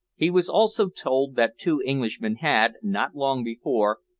he was also told that two englishmen had, not long before,